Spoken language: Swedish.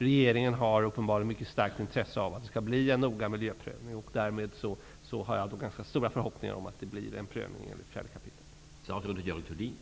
Regeringen har uppenbarligen ett mycket stort intresse av att det skall bli en noggrann miljöprövning. Därmed har jag ganska stora förhoppningar om att det blir en prövning enligt